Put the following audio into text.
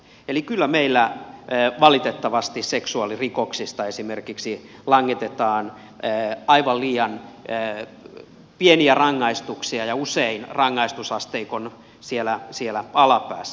eli kyllä meillä valitettavasti esimerkiksi seksuaalirikoksista langetetaan aivan liian pieniä rangaistuksia ja usein siellä rangaistusasteikon alapäässä